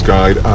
Guide